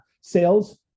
sales